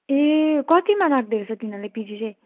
ए कतिमा राख्दै छ तिनीहरूले पिजी चाहिँ